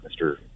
Mr